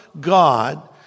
God